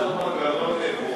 אפשר לעשות מנגנון פרוגרסיבי,